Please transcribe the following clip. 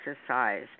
exercise